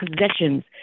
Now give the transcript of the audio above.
possessions